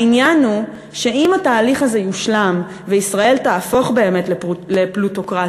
העניין הוא שאם התהליך הזה יושלם וישראל תהפוך באמת לפלוטוקרטיה,